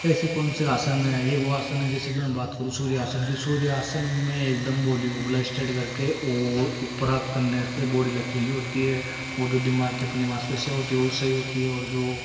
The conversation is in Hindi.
ऐसे कौनसे आसन हैं ये वो आसन है जैसे कि मैं बात करूँ सूर्य आसन की सूर्य आसन में एकदम बॉडी स्ट्रेट करके और उपर हाथ करने से बॉडी लचीली होती है और जो दिमाग की अपनी मांसपेशियाँ होती हैं वो सही होती हैं ओर जो